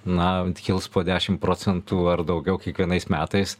na kils po dešim procentų ar daugiau kiekvienais metais